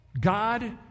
God